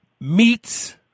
meats